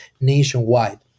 nationwide